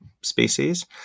species